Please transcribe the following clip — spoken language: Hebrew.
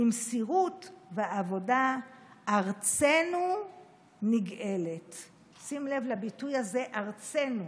/ במסירות ועבודה / ארצנו נגאלת" שים לב לביטוי הזה "ארצנו".